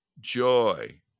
joy